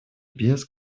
без